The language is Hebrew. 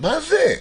מה זה?